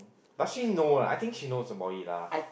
actually no I think she knows about it lah